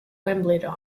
wimbledon